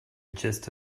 gist